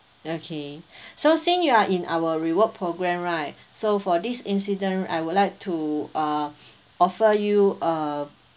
okay so since you are in our reward program right so for this incident I would like to uh offer you a